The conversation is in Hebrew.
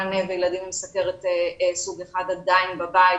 מענה וילדים עם סוכרת סוג 1 עדיין בבית,